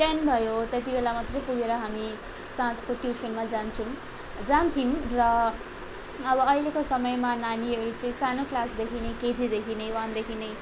ten भयो त्यति बेला मात्रै पुगेर हामी साँझको ट्युसनमा जान्छौँ जान्थ्यौँ र अब अहिलेको समयमा नानीहरू चाहिँ सानो क्लासदेखि नै केजीदेखि नै वानदेखि नै